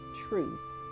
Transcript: truth